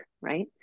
right